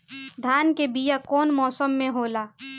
धान के बीया कौन मौसम में होला?